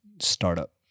startup